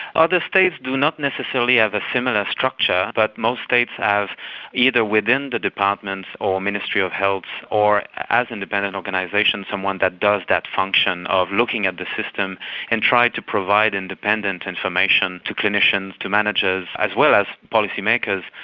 other states do not necessarily have a similar structure, but most states have either within the departments or ministry of health or as independent organisations, someone who does that function of looking at the system and trying to provide independent information to clinicians, to managers, as well as policymakers.